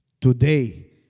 today